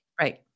right